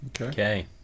Okay